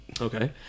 okay